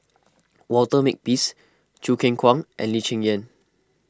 Walter Makepeace Choo Keng Kwang and Lee Cheng Yan